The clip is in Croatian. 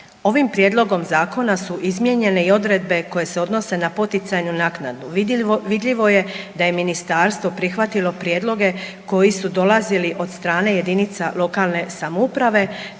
Ovim prijedlogom zakona su izmijenjene i odredbe koje se odnose na poticajnu naknadu. Vidljivo je da je ministarstvo prihvatilo prijedloge koji su dolazili od strane jedinica lokalne samouprave